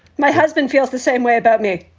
my husband feels the same way about me.